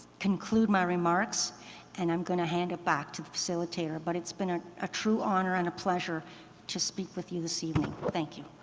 conclude my remarks and i'm going to hand it back to the facilitator, but it's been ah a true honor and a pleasure to speak with you this evening, thank you.